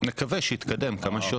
נקווה שיתקדם כמה שיותר.